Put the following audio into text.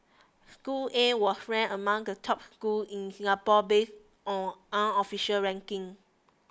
school A was ranked among the top schools in Singapore based on unofficial rankings